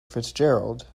fitzgerald